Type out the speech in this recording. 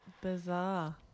Bizarre